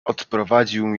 odprowadził